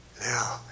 now